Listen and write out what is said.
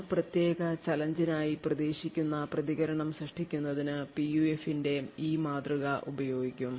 ആ പ്രത്യേക ചാലഞ്ച് നായി പ്രതീക്ഷിക്കുന്ന പ്രതികരണം സൃഷ്ടിക്കുന്നതിന് PUF ന്റെ ഈ മാതൃക ഉപയോഗിക്കും